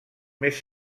més